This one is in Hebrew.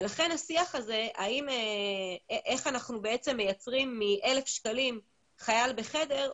לכן השיח איך אנחנו מייצרים מ-1,000 שקלים חייל בחדר,